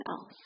else